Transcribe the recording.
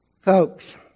Folks